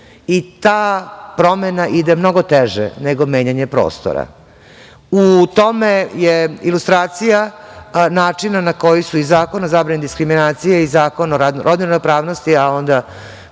i ta promena ide mnogo teže nego menjanje prostora. U tome je ilustracija načina na koji su i Zakon o zabrani diskriminacije i Zakon o rodnoj ravnopravnosti, a onda